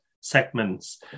segments